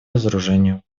разоружению